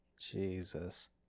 Jesus